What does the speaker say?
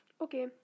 Okay